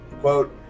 Quote